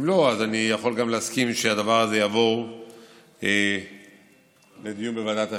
אם לא אז אני גם יכול להסכים שהדבר הזה יעבור לדיון בוועדת החינוך.